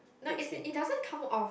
no as in it doesn't come off